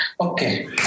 Okay